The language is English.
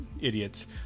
idiots